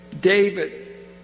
David